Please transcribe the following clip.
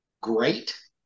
great